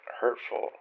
hurtful